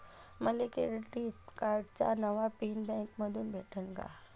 मले क्रेडिट कार्डाचा नवा पिन बँकेमंधून भेटन का?